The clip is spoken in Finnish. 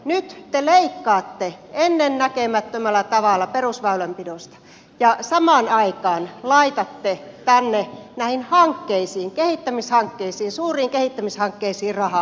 nyt te leikkaatte ennennäkemättömällä tavalla perusväy länpidosta ja samaan aikaan laitatte tänne näihin hankkeisiin kehittämishankkeisiin suuriin kehittämishankkeisiin rahaa